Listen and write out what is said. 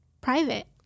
private